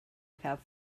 have